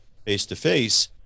face-to-face